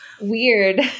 weird